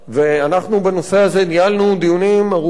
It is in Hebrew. ואנחנו בנושא הזה ניהלנו דיונים ארוכים,